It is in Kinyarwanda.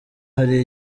hari